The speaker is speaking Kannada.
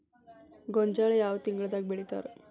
ಗೋಂಜಾಳ ಯಾವ ತಿಂಗಳದಾಗ್ ಬೆಳಿತಾರ?